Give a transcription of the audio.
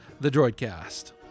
TheDroidCast